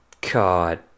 God